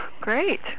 great